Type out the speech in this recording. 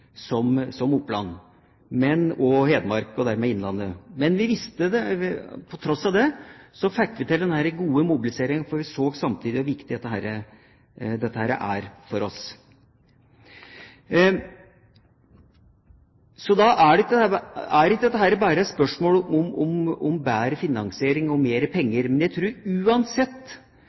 som Oppland og Hedmark, altså Innlandet. Men på tross av det fikk vi til denne gode mobiliseringen, for vi så samtidig hvor viktig dette er for oss. Da er ikke dette bare et spørsmål om bedre finansiering og mer penger. Men jeg tror at uansett,